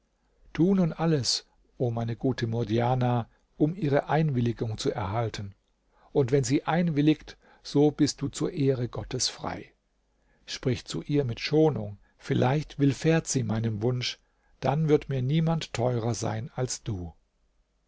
tu nun alles o meine gute murdjana um ihre einwilligung zu erhalten und wenn sie einwilligt so bist du zur ehre gottes frei sprich zu ihr mit schonung vielleicht willfährt sie meinem wunsch dann wird mir niemand teurer sein als du